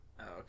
Okay